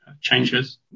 changes